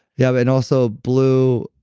yeah, but and also blue.